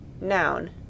Noun